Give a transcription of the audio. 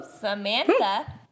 Samantha